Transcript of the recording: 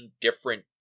different